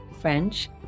French